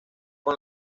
con